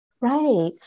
Right